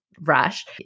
rush